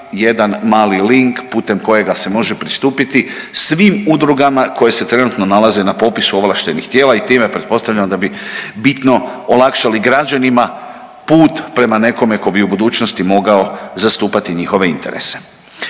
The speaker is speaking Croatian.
jedan mali link putem kojega se može pristupiti svim udrugama koje se trenutno nalaze na popisu ovlaštenih tijela i time pretpostavljam da bi bitno olakšali građanima put prema nekome ko bi u budućnosti mogao zastupati njihove interese.